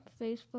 Facebook